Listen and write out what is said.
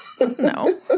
No